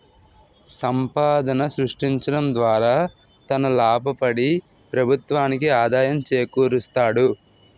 సంపాదన సృష్టించడం ద్వారా తన లాభపడి ప్రభుత్వానికి ఆదాయం చేకూరుస్తాడు